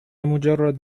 مجرد